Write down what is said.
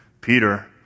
Peter